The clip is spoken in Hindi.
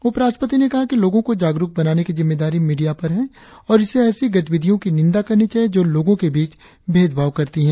उपराष्ट्रपति ने कहा कि लोगो को जागरुक बनाने की जिम्मेदारी मीडिया पर है और इसे ऐसी गतिविधियों की निंदा करनी चाहिए जो लोंगो के बीच भेदभाव करती है